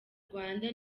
rwanda